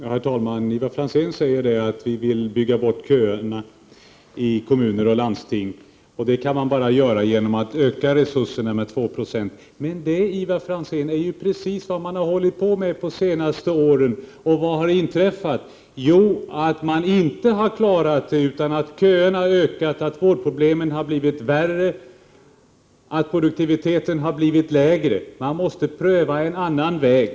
Herr talman! Ivar Franzén talade om viljan att bygga bort köer i kommuner och landsting och om att det är möjligt endast om resurserna utökas med 2 20. Men det är ju precis vad man har hållit på med under de senaste åren, och vad har inträffat? Jo, man har inte klarat av situationen. Köerna inom den offentliga sektorn har ökat. Vårdproblemen har förvärrats. Produktiviteten har blivit mindre. Man måste alltså pröva en annan väg.